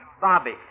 Bobby